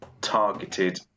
targeted